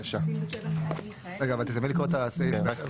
תסיימי לקרוא את הסעיף.